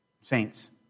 saints